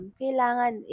kailangan